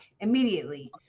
immediately